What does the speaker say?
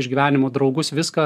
iš gyvenimo draugus viską